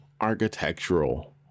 architectural